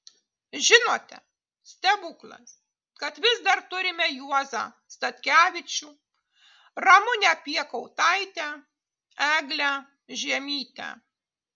žinote stebuklas kad vis dar turime juozą statkevičių ramunę piekautaitę eglę žiemytę